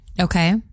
Okay